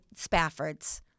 Spaffords